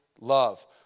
love